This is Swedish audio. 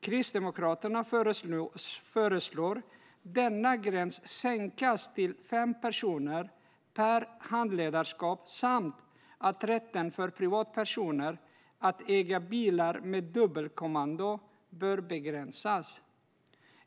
Kristdemokraterna föreslår att denna gräns sänks till fem personer per handledarskap samt att rätten för privatpersoner att äga bilar med dubbelkommando bör begränsas.